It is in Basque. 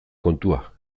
kontua